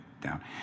down